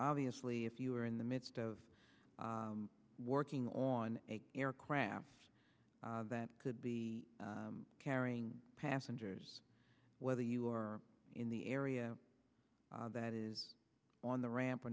obviously if you are in the midst of working on a aircraft that could be carrying passengers whether you are in the area that is on the ramp or